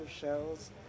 shells